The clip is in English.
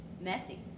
Messy